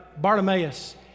Bartimaeus